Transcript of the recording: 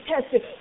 tested